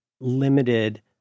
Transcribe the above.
limited